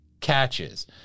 catches